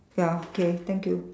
ya okay thank you